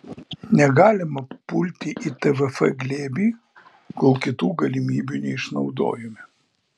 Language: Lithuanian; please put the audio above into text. negalima pulti į tvf glėbį kol kitų galimybių neišnaudojome